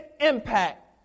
impact